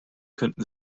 könnten